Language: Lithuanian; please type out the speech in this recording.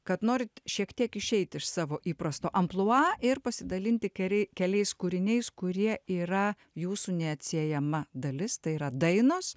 kad norit šiek tiek išeiti iš savo įprasto amplua ir pasidalinti keri keliais kūriniais kurie yra jūsų neatsiejama dalis tai yra dainos